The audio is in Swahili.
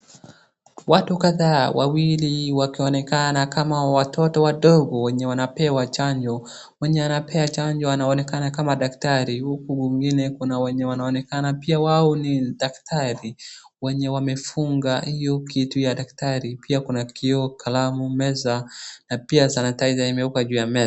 Watu kadhaa wawili wakionekana kama watoto wadogo wenye wanapewa chanjo. Mwenye anapea chanjo anaonekana kama daktari huku mwingine kuna wenye wanaonekana pia wao ni daktari wenye wamefunga hiyo kitu ya daktari, pia kuna kioo, kalamu meza na pia sanitizer imewekwa juu ya meza.